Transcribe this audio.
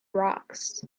rocks